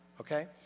okay